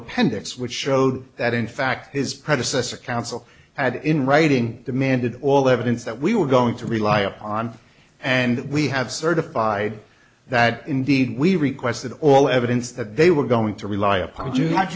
appendix which showed that in fact his predecessor counsel had in writing demanded all the evidence that we were going to rely upon and we have certified that indeed we requested all evidence that they were going to rely upon t